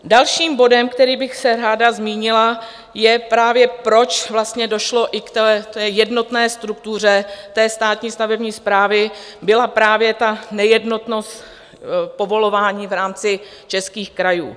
Dalším bodem, o kterém bych se ráda zmínila, je právě, proč vlastně došlo k jednotné struktuře státní stavební správy byla to právě nejednotnost povolování v rámci českých krajů.